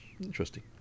Interesting